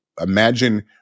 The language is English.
imagine